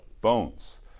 bones